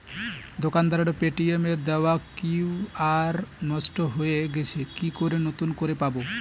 দোকানের পেটিএম এর দেওয়া কিউ.আর নষ্ট হয়ে গেছে কি করে নতুন করে পাবো?